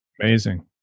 Amazing